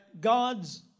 God's